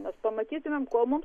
mes pamatytumėm ko mums